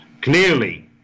Clearly